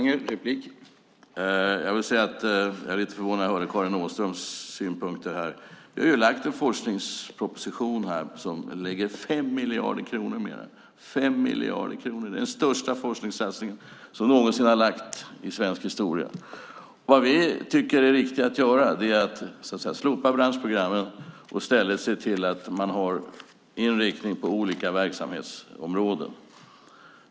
Herr talman! Jag blev lite förvånad när jag hörde Karin Åströms synpunkter här. Vi har lagt fram en forskningsproposition som innebär 5 miljarder kronor mer. Det är den största forskningssatsning som någonsin har gjorts i Sverige. Vad vi tycker är riktigt att göra är att slopa branschprogrammen och i stället se till att det finns inriktning på olika verksamhetsområden.